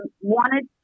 wanted